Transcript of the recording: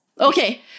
Okay